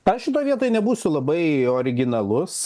aš šitoj vietoj nebūsiu labai originalus